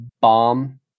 Bomb